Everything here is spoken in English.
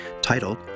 titled